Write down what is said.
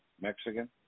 Mexican